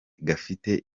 gafite